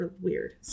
weird